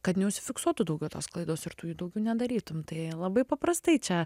kad neužsifiksuotų daugiau tos klaidos ir tu jų daugiau nedarytum tai labai paprastai čia